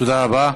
תודה רבה.